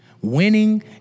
Winning